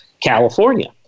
California